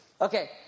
okay